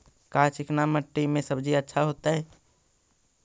का चिकना मट्टी में सब्जी अच्छा होतै?